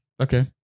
okay